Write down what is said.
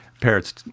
parrots